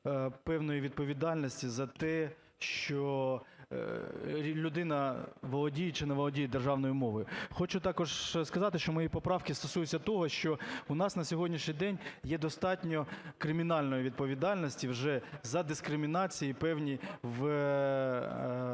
певної відповідальності за те, що людина володіє чи не володіє державною мовою. Хочу також сказати, що мої поправки стосуються того, що у нас на сьогоднішній день є достатньо кримінальної відповідальності вже за дискримінації певні в